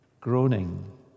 Groaning